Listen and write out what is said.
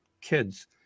kids